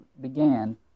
began